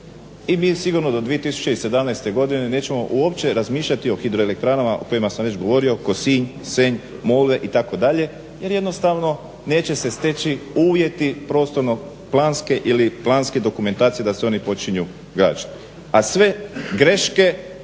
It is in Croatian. i mi sigurno do 2017. godine nećemo uopće razmišljati o hidroelektranama o kojima sam već govorio Kosinj, Senj, Molve itd. jer jednostavno neće se steći uvjeti prostorno-planske ili planske dokumentacije da se oni počinju graditi. A sve greške